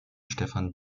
stefan